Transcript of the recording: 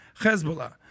Hezbollah